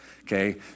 Okay